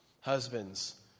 Husbands